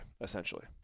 essentially